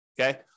okay